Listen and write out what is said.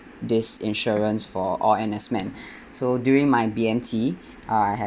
this insurance for all N_S men so during my B_M_T uh I have